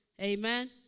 amen